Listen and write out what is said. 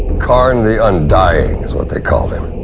kharn, the undying is what they called him.